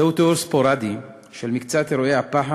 זהו תיאור ספורדי של מקצת אירועי הפח"ע